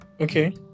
Okay